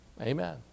Amen